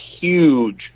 huge